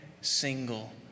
single